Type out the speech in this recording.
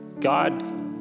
God